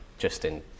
Justin